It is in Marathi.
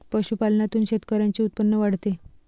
पशुपालनातून शेतकऱ्यांचे उत्पन्न वाढते